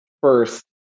first